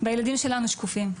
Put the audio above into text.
וריכוז והילדים שלנו "שקופים".